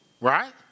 right